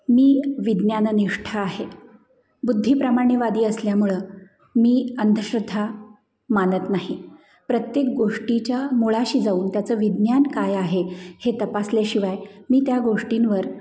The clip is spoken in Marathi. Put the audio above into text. मी विज्ञाननिष्ठ आहे बुद्धीप्रामाण्यवादी असल्यामुळं मी अंधश्रद्धा मानत नाही प्रत्येक गोष्टीच्या मुळाशी जाऊन त्याचं विज्ञान काय आहे हे तपासल्याशिवाय मी त्या गोष्टींवर